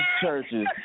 churches